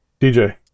dj